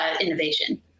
innovation